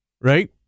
Right